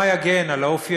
מה יגן על האופי